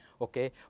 okay